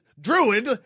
Druid